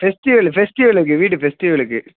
festival ஃபெஸ்ட்டிவெலுக்கு வீட்டு ஃபெஸ்ட்டிவெலுக்கு